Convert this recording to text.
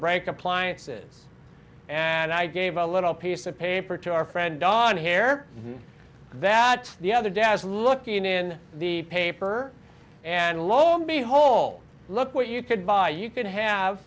break appliances and i gave a little piece of paper to our friend on here that the other day as looking in the paper and lo and behold look what you could buy you can have